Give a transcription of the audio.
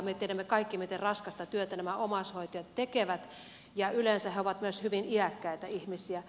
me tiedämme kaikki miten raskasta työtä nämä omaishoitajat tekevät ja yleensä he ovat myös hyvin iäkkäitä ihmisiä